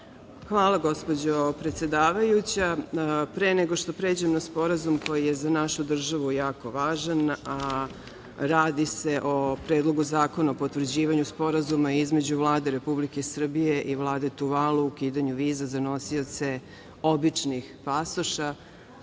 Hvala, gospođo predsedavajuća. Pre nego što pređem na sporazum koji je za našu državu jako važan, radi se o Predlogu zakona o potvrđivanju Sporazuma između Vlade Republike Srbije i Vlade Tuvalu, o okidanju viza za nosioce običnih pasoša,